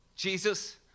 Jesus